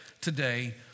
today